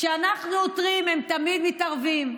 כשאנחנו עותרים הם תמיד מתערבים.